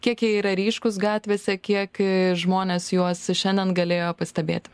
kiek jie yra ryškūs gatvėse kiek žmonės juos šiandien galėjo pastebėti